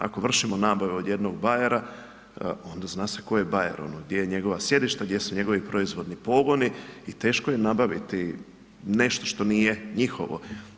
Ako vršimo nabave od jednog Bayera, onda, zna se tko je Bayer, gdje je njegova sjedišta, gdje su njegovi proizvodni pogoni i teško je nabaviti nešto što nije njihovo.